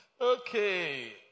Okay